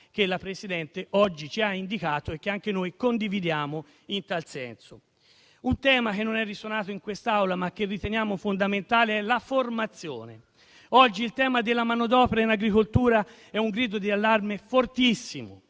che la Presidente oggi ci ha indicato e che anche noi condividiamo in tal senso. Un tema che non è risuonato in quest'Aula, ma che riteniamo fondamentale, è la formazione. Oggi il tema della manodopera in agricoltura è un grido d'allarme fortissimo.